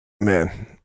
Man